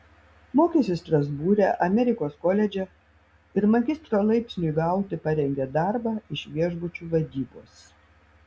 mokėsi strasbūre amerikos koledže ir magistro laipsniui gauti parengė darbą iš viešbučių vadybos